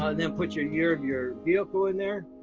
ah then put your year of your vehicle in there.